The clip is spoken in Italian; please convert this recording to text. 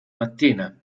mattina